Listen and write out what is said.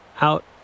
out